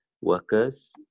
workers